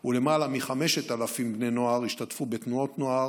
ולמעלה מ-5,000 בני נוער השתתפו בתנועות נוער,